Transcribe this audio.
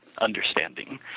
understanding